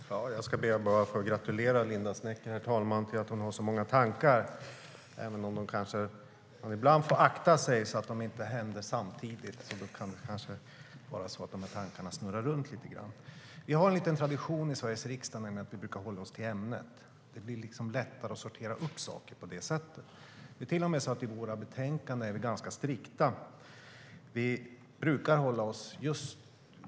Herr talman! Jag ska be att få gratulera Linda Snecker till att ha så många tankar, även om hon ibland får akta sig så att de inte snurrar runt lite grann. Vi har en liten tradition i Sveriges riksdag, nämligen att hålla oss till ämnet. Det blir liksom lättare att sortera upp saker på det sättet. Det är till och med så att vi är ganska strikta i våra betänkanden.